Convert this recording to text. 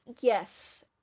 yes